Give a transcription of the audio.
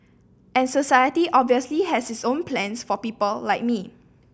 and society obviously have its own plans for people like me